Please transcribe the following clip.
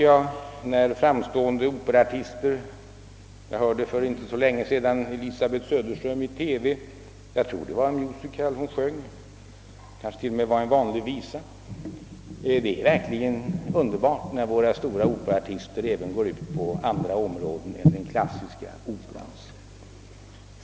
Jag hörde för inte så länge sedan Elisabeth Söderström sjunga en musicalmelodi eller kanske t.o.m. en vanlig visa i TV. Det är verkligen underbart när våra stora operaartister går ut även på andra områden än den klassiska operans.